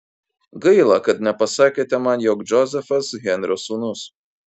gaila kad nepasakėte man jog džozefas henrio sūnus